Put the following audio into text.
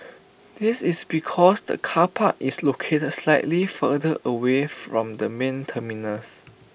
this is because the car park is located slightly further away from the main terminals